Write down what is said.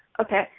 Okay